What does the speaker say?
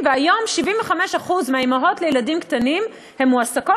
והיום 75% מהאימהות לילדים קטנים הן מועסקות,